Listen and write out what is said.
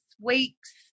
weeks